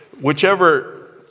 whichever